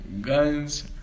Guns